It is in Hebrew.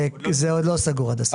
זה עוד לא סגור עד הסוף.